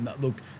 look